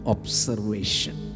Observation